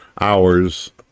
hours